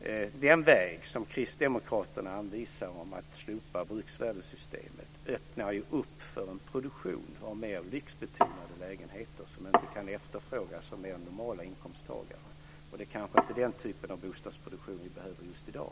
Den väg som Kristdemokraterna anvisar om att slopa bruksvärdessystemet öppnar upp för en produktion av mer lyxbetonade lägenheter som inte kan efterfrågas av människor med mer normala inkomster. Det är kanske inte den typen av bostadsproduktion som vi behöver just i dag.